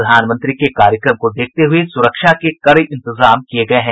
प्रधानमंत्री के कार्यक्रम को देखते हुये सुरक्षा के कड़े इंतजाम किये गये हैं